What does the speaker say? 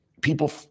people